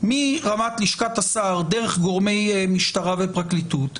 מרמת לשכת השר דרך גורמי משטרה ופרקליטות.